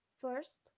First